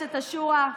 מועצת השורא,